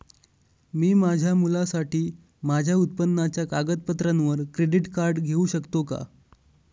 मी माझ्या मुलासाठी माझ्या उत्पन्नाच्या कागदपत्रांवर क्रेडिट कार्ड घेऊ शकतो का?